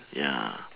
ya